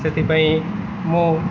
ସେଥିପାଇଁ ମୁଁ